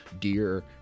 deer